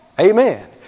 Amen